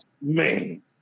Man